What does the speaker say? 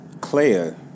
Claire